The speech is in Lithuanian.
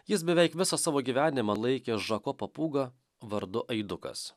jis beveik visą savo gyvenimą laikė žako papūgą vardu aidukas